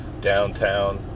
downtown